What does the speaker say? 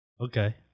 Okay